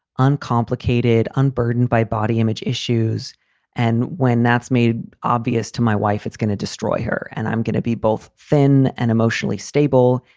uncomplicated, unburdened by body image issues and when that's made obvious to my wife, it's going to destroy her. and i'm going to be both thin and emotionally stable.